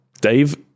Dave